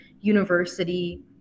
university